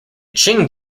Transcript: qing